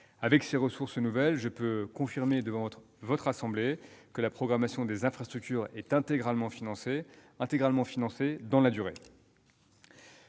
Avec ces ressources nouvelles, je peux confirmer devant votre assemblée que la programmation des infrastructures est intégralement financée, et ce dans la durée.